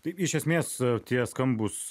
taip iš esmės tie skambūs